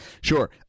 Sure